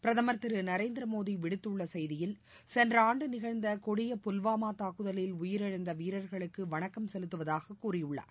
பிரதமர் திரு நரேந்திரமோடி விடுத்துள்ள செய்தியில் சென்ற ஆண்டு நிகழ்ந்த கொடிய புல்வாமா தாக்குதலில் உயிரிழந்த வீரர்களுக்கு வணக்கம் செலுத்துவதாகக் கூழியுள்ளார்